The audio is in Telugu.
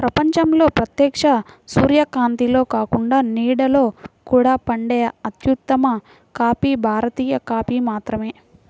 ప్రపంచంలో ప్రత్యక్ష సూర్యకాంతిలో కాకుండా నీడలో కూడా పండే అత్యుత్తమ కాఫీ భారతీయ కాఫీ మాత్రమే